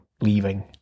leaving